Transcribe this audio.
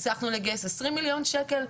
הצלחנו לגייס עשרים מיליון שקל.